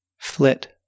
flit